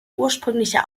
ursprüngliche